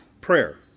prayer